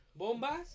Bombas